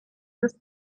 bis